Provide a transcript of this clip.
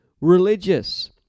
religious